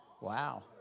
Wow